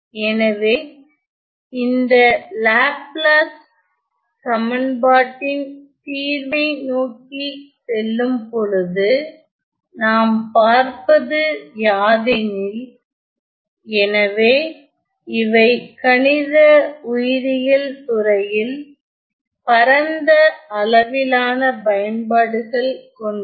எனவே இந்த லாப்லாஸ் சமன்பாட்டின் தீர்வை நோக்கி செல்லும் பொழுது நாம் பார்ப்பது யாதெனில் எனவே இவை கணித உயிரியல் துறையில் பரந்த அளவிலான பயன்பாடுகள் கொண்டவை